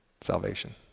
salvation